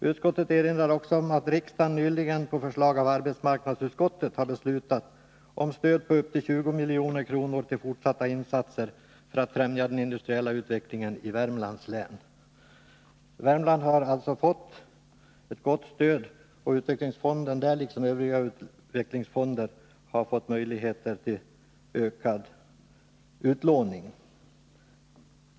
Utskottet erinrar också om att riksdagen nyligen på förslag av arbetsmarknadsutskottet har beslutat om stöd på upp till 20 milj.kr. till fortsatta insatser för att främja den industriella utvecklingen i Värmlands län. Värmland har alltså fått ett gott stöd och utvecklingsfonden där, liksom övriga utvecklingsfonder, har fått möjligheter till ökad utlåning.